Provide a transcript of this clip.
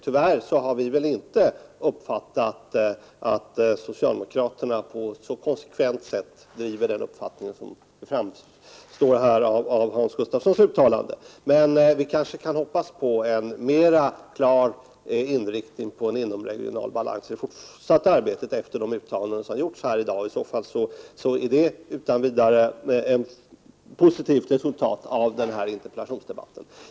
Tyvärr har vi inte uppfattat att socialdemokraterna på ett så konsekvent sätt driver den uppfattning som framkom i Hans Gustafssons uttalande. Men vi kanske kan hoppas på en mer klar inriktning mot en inomregional balans i det fortsatta arbetet efter de uttalanden som har gjorts här i dag. I så fall är det utan vidare ett positivt resultat av denna interpellationsdebatt.